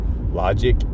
logic